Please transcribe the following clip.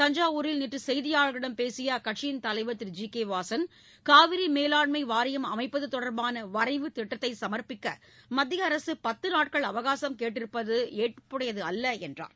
தஞ்சாவூரில் நேற்று செய்தியாளர்களிடம் பேசிய அக்கட்சியின் தலைவர் திரு ஜி கே வாசன் காவிரி மேலாண்மை வாரியம் அமைப்பது தொடர்பான வரைவுத் திட்டத்தை சமர்ப்பிக்க மத்திய அரசு பத்து நாட்கள் அவகாசம் கேட்டிருப்பது ஏற்புடையது அல்ல என்று கூறினார்